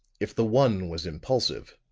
if the one was impulsive,